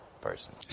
person